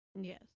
yes